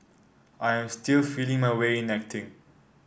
I am still feeling my way in acting